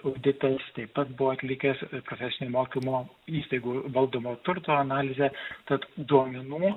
auditas taip pat buvo atlikęs profesinio mokymo įstaigų valdomo turto analizę tad duomenų